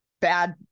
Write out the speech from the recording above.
bad